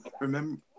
Remember